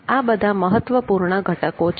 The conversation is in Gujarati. આ બધા મહત્વપૂર્ણ ઘટકો છે